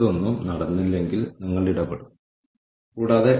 നമ്മൾ ചെയ്യുന്ന കാര്യങ്ങളിൽ എങ്ങനെ മികവ് പുലർത്താം